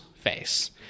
face